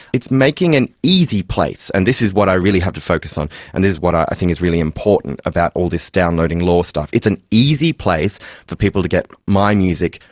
it's making an easy place, and this is what i really have to focus on and this is what i think is really important about all this downloading law stuff, it's an easy place for people to get my music,